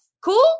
Cool